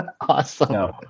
Awesome